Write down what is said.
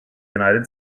united